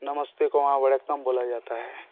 नमस्ते को वहाँ वान्नकम बोला जाता है